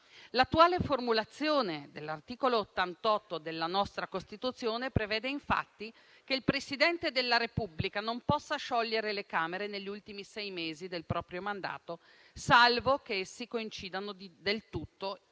L'attuale formulazione dell'articolo 88 della nostra Costituzione prevede, infatti, che il Presidente della Repubblica non possa sciogliere le Camere negli ultimi sei mesi del proprio mandato, salvo che essi coincidano, del tutto o in parte,